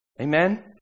Amen